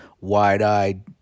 wide-eyed